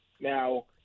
Now